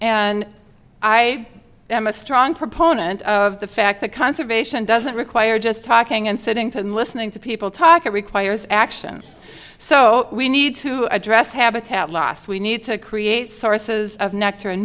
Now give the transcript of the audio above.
and i am a strong proponent of the fact that conservation doesn't require just talking and sitting and listening to people talk it requires action so we need to address habitat loss we need to create sources of nectar and